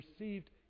received